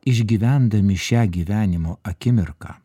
išgyvendami šią gyvenimo akimirką